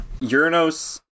Uranus